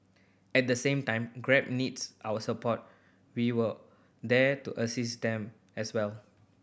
at the same time Grab needs our support we were there to assist them as well